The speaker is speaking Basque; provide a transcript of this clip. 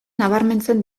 nabarmentzen